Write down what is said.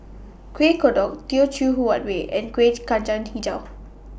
Kuih Kodok Teochew Huat Kuih and Kuih Kacang Hijau